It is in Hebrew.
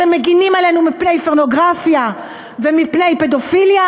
אתם מגינים עלינו מפני פורנוגרפיה ומפני פדופיליה,